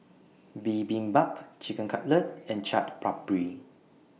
Bibimbap Chicken Cutlet and Chaat Papri